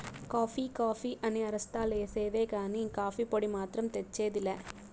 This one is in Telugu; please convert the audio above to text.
కాఫీ కాఫీ అని అరస్తా లేసేదే కానీ, కాఫీ పొడి మాత్రం తెచ్చేది లా